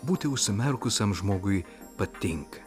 būti užsimerkusiam žmogui patinka